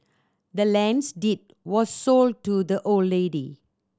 the land's deed was sold to the old lady